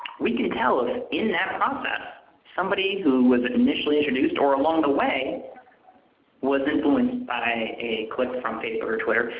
we can tell if in that process somebody who was initially introduced or along the way was influenced by a click from facebook or twitter,